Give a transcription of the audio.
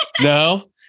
No